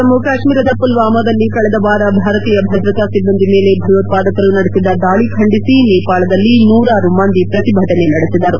ಜಮ್ಮು ಕಾಶ್ಮೀರದ ಮಲ್ವಾಮದಲ್ಲಿ ಕಳೆದ ವಾರ ಭಾರತೀಯ ಭದ್ರತಾ ಸಿಬ್ಬಂದಿ ಮೇಲೆ ಭಯೋತ್ವಾದಕರು ನಡೆಸಿದ ದಾಳಿ ಖಂಡಿಸಿ ನೇಪಾಳದಲ್ಲಿ ನೂರಾರು ಮಂದಿ ಪ್ರತಿಭಟನೆ ನಡೆಸಿದರು